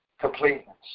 completeness